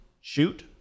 shoot